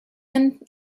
end